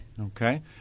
Okay